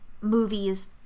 movies